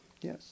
Yes